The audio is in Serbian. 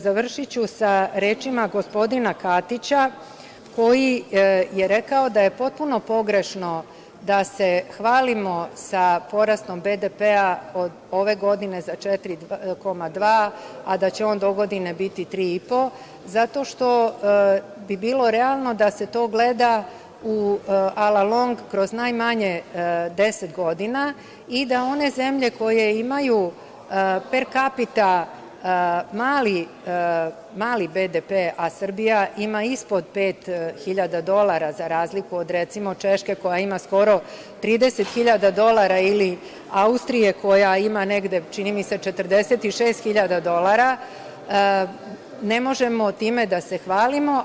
Završiću sa rečima gospodina Katića, koji je rekao da je potpuno pogrešno da se hvalimo sa porastom BDP-a ove godine za 4,2, a da će on dogodine biti 3,5, zato što bi bilo realno da se to gleda a la long kroz najmanje 10 godina i da one zemlje koje imaju per kapita mali BDP, a Srbija ima ispod pet hiljada dolara, za razliku od, recimo, Češke, koja ima skoro 30.000 dolara ili Austrije koja ima negde, čini mi se, 46.000 dolara, ne možemo time da se hvalimo.